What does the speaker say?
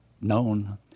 known